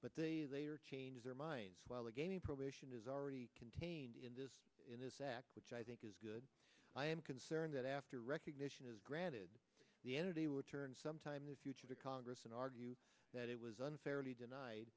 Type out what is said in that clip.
but they changed their minds while the getting probation is already contained in this act which i think is good i am concerned that after recognition is granted the entity returned some time to future congress and argue that it was unfairly denied